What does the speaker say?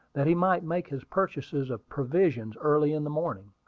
that he might make his purchases of provisions early in the morning.